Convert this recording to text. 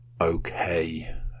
okay